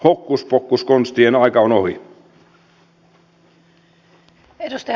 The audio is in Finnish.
hokkuspokkuskonstien aika on ohi